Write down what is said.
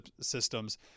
systems